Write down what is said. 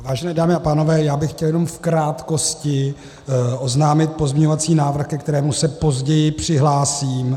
Vážené dámy a pánové, já bych chtěl jenom v krátkosti oznámit pozměňovací návrh, ke kterému se později přihlásím.